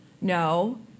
No